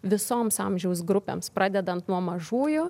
visoms amžiaus grupėms pradedant nuo mažųjų